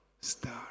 star